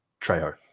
Trejo